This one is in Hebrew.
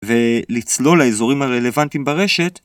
ולצלול לאזורים הרלוונטיים ברשת